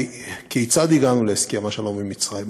כיצד הגענו להסכם השלום עם מצרים?